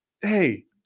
hey